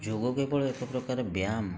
ଯୋଗ କେବଳ ଏକ ପ୍ରକାର ବ୍ୟାୟମ